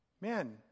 Man